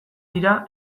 dira